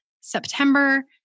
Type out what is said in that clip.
September